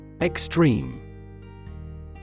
Extreme